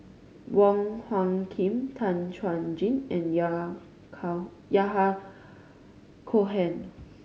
Wong Hung Khim Tan Chuan Jin and Yahya Cohen